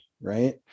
right